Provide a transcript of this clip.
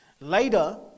Later